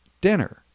dinner